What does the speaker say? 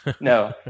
No